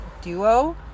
duo